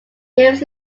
moves